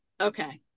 okay